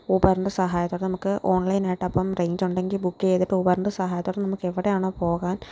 ഊബറിൻ്റെ സഹായത്തോടെ നമുക്ക് ഓൺലൈനായിട്ടപ്പം റെയ്ഞ്ചുണ്ടെങ്കിൽ ബുക്ക് ചെയ്തിട്ട് ഊബറിൻ്റെ സഹായത്തോടെ നമുക്കെവിടെയാണോ പോകാൻ